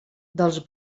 dels